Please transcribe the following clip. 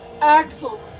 Axel